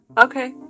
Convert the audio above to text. Okay